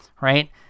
right